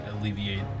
alleviate